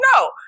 No